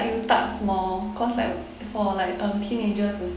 you start small because like before like um teenagers who